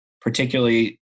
particularly